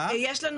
יש לנו